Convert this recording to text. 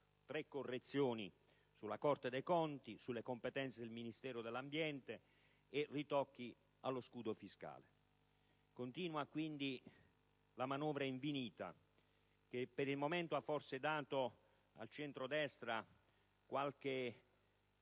tre correzioni: sulla Corte dei conti, sulle competenze del Ministero dell'ambiente e ritocchi allo scudo fiscale. Continua quindi la manovra infinita che, per il momento, ha forse dato qualche